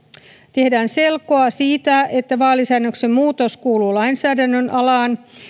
tehdään selkoa siitä että vaalisäädöksen muutos kuuluu lainsäädännön alaan